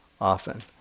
often